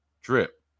drip